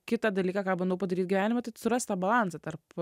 kitą dalyką ką bandau padaryt gyvenime tai surast tą balansą tarp